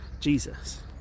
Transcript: Jesus